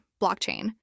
blockchain